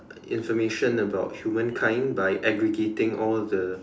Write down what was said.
information about human kind by aggregating all the